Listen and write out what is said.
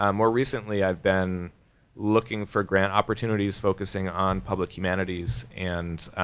um more recently i've been looking for grant opportunities focusing on public humanities. and